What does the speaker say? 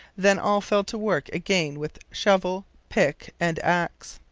then all fell to work again with shovel, pick, and axe.